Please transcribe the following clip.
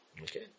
Okay